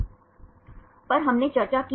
आखिरी कक्षा में हमने क्या चर्चा की